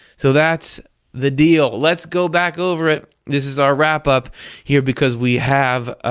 so that's the deal let's go back over it. this is our wrap-up here, because we have ah